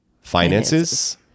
finances